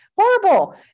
horrible